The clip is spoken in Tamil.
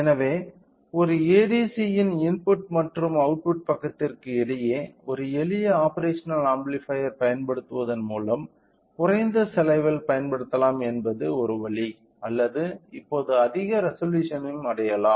எனவே ஒரு ADC யின் இன்புட் மற்றும் அவுட்புட் பக்கத்திற்கு இடையே ஒரு எளிய ஆப்பேரஷனல் ஆம்பிளிபையர் பயன்படுத்துவதன் மூலம் குறைந்த செலவில் பயன்படுத்தலாம் என்பது ஒரு வழி அல்லது இப்போது அதிக ரெசொலூஷனயும் அடையலாம்